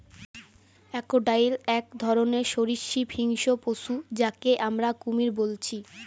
crocodile এক ধরণের সরীসৃপ হিংস্র পশু যাকে আমরা কুমির বলছি